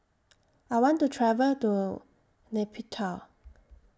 I want to travel to Nay Pyi Taw